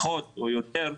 או פחות או יותר.